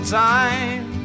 time